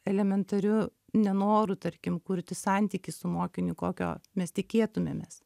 elementariu nenoru tarkim kurti santykį su mokiniu kokio mes tikėtumėmės